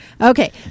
Okay